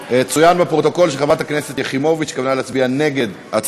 היא מבקשת לציין בפרוטוקול שהיא רצתה להצביע נגד.